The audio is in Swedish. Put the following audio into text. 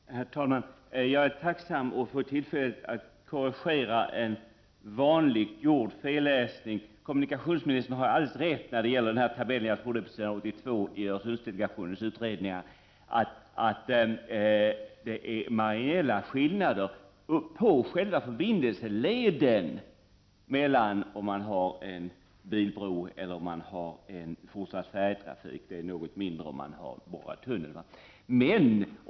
Herr talman! Jag är tacksam för att få tillfälle att korrigera en vanlig felläsning. Kommunikationsministern har alldeles rätt när det gäller tabellen på s. 82 i Öresundsdelegationens utredning, att det är marginella skillnader på själva förbindelseleden mellan om man har en bilbro eller om man har fortsatt färjetrafik. Det blir något mindre med en borrad tunnel.